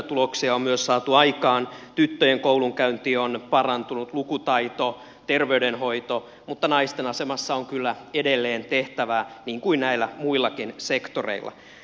tuloksia on myös saatu aikaan tyttöjen koulunkäynti on parantunut lukutaito terveydenhoito mutta naisten asemassa on kyllä edelleen tehtävää niin kuin näillä muillakin sektoreilla